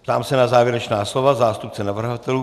Ptám se na závěrečná slova zástupce navrhovatelů.